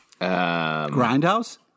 Grindhouse